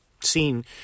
seen